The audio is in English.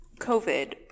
covid